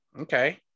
okay